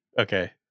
Okay